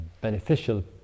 beneficial